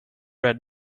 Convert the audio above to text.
red